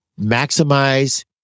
maximize